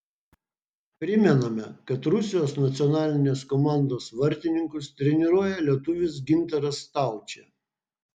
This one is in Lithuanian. primename kad rusijos nacionalinės komandos vartininkus treniruoja lietuvis gintaras staučė